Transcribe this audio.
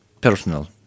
personal